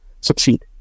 succeed